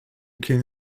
king